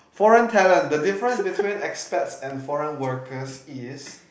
foreign talent the difference between experts and foreign workers is